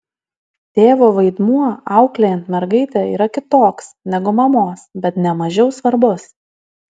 tėvo vaidmuo auklėjant mergaitę yra kitoks negu mamos bet ne mažiau svarbus